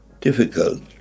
difficult